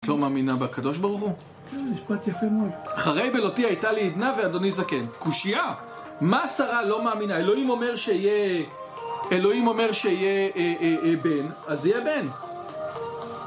את לא מאמינה בקדוש ברוך הוא? כן, משפט יפה מאוד אחרי בלותי הייתה לי עדנה ואדוני זקן קושייה! מה שרה לא מאמינה? אלוהים אומר שיהיה... אלוהים אומר שיהיה בן אז יהיה בן